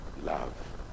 love